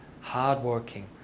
hard-working